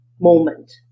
moment